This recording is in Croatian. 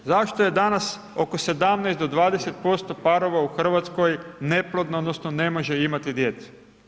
Zašto je danas oko 17-20% parova u Hrvatskoj, neplodno odnosno, ne može imati djece?